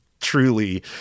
truly